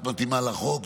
את מתאימה לחוק,